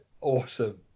awesome